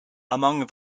among